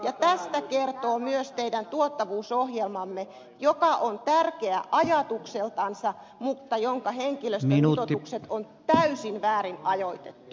tästä kertoo myös tuottavuusohjelma joka on tärkeä ajatukseltansa mutta jonka henkilöstömitoitukset on täysin väärin ajoitettu